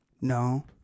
no